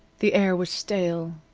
the air was stale,